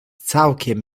całkiem